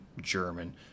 German